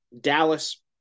Dallas